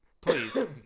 Please